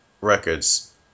records